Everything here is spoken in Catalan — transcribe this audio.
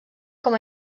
com